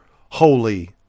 holy